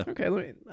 Okay